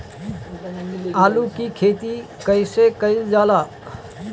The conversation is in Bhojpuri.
आलू की खेती कइसे कइल जाला?